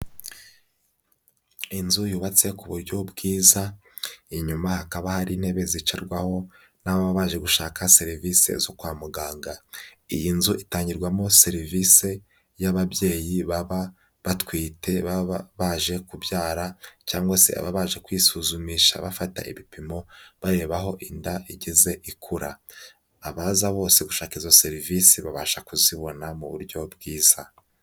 Inzu yubatse ku buryo bwiza. Inyuma hakaba hari intebe zicarwaho n'ababa baje gushaka serivisi zo kwa muganga. Iyi nzu itangirwamo serivisi y'ababyeyi baba batwite baba baje kubyara cyangwa se ababa baje kwisuzumisha bafata ibipimo bareba aho inda igeze ikura. Abaza bose gushaka izo serivisi babasha kuzibona mu buryo bwiza.